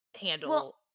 handle